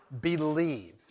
believed